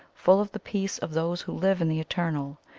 full of the peace of those who live in the eternal,